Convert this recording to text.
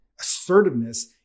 assertiveness